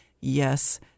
yes